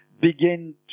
begin